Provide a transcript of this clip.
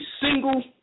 single